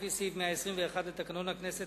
לפי סעיף 121 לתקנון הכנסת,